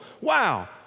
Wow